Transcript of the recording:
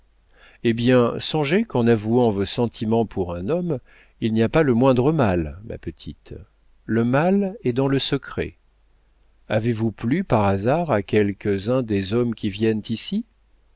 hé bien songez qu'en avouant vos sentiments pour un homme il n'y a pas le moindre mal ma petite le mal est dans le secret avez-vous plu par hasard à quelques-uns des hommes qui viennent ici